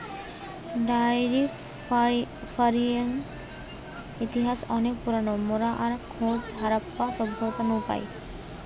diary ফার্মিংয়ের ইতিহাস অনেক পুরোনো, মোরা তার খোঁজ হারাপ্পা সভ্যতা নু পাই